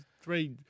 three